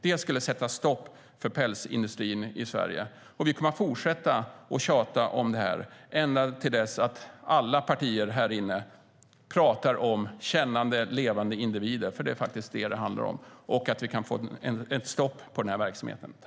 Det skulle sätta stopp för pälsindustrin i Sverige.